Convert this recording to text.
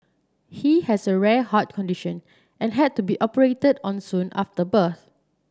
he has a rare heart condition and had to be operated on soon after birth